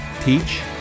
teach